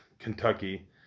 Kentucky